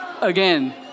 again